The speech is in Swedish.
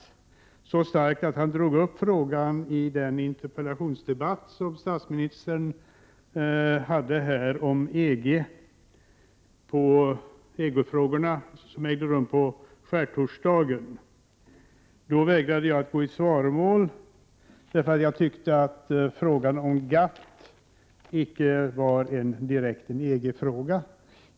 Han kände detta så starkt att han tog upp frågan i en interpellationsdebatt med statsministern om EG-frågor som ägde rum på skärtorsdagen. Då vägrade jag att gå i svaromål, eftersom jag tyckte att frågan om GATT icke var en direkt EG-fråga.